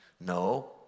No